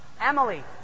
Emily